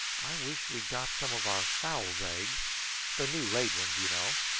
i wish we'd got some of our fowls' eggs the new-laid ones, you know.